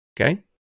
Okay